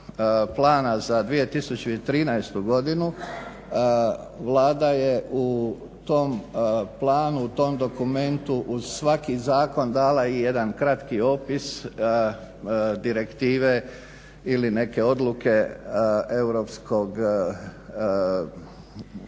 plana za 2013. godinu Vlada je u tom planu, u tom dokumentu uz svaki zakon dala i jedna kratki opis direktive ili neke odluke Europskog vijeća,